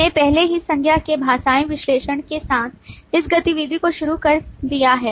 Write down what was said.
हमने पहले ही संज्ञा के भाषाई विश्लेषण के साथ इस गतिविधि को शुरू कर दिया है